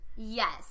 Yes